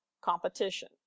competition